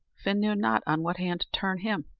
fin knew not on what hand to turn him.